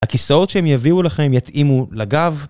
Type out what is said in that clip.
הכיסאות שהם יביאו לכם יתאימו לגב.